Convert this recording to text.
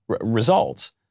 results